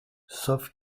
sauf